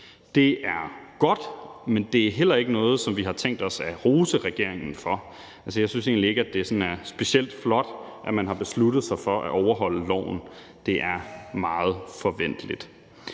Det er godt, men det er heller ikke noget, som vi har tænkt os at rose regeringen for. Jeg synes egentlig ikke, at det er sådan specielt flot, at man har besluttet sig for at overholde loven, for det er meget forventeligt.